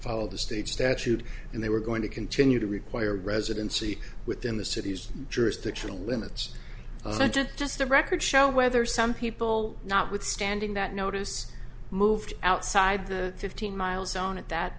follow the state statute and they were going to continue to require residency within the city's jurisdictional limits does the record show whether some people notwithstanding that notice moved outside the fifteen miles down at that